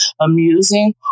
amusing